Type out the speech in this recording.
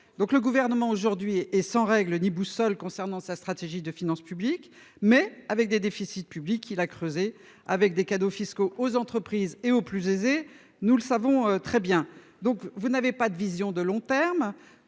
le gouvernement aujourd'hui et sans règles ni boussole concernant sa stratégie de finances publiques mais avec des déficits publics, il a creusé avec des cadeaux fiscaux aux entreprises et aux plus aisés. Nous le savons très bien, donc vous n'avez pas de vision de long terme.